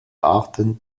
arten